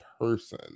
person